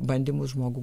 bandymus žmogų